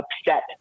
upset